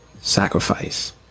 sacrifice